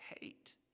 hate